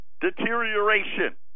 deterioration